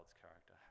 character